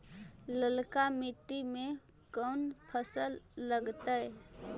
ललका मट्टी में कोन फ़सल लगतै?